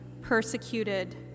persecuted